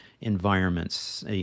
environments